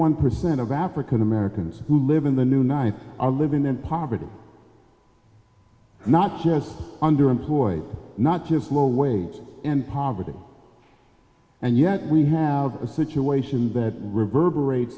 one percent of african americans who live in the new nine are living in poverty not just under employed not just low wage and poverty and yet we have a situation that reverberate